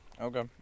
Okay